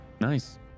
nice